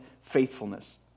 faithfulness